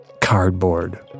cardboard